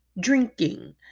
drinking